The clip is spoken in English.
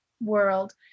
world